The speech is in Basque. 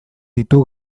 ditu